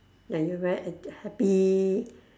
and you very happy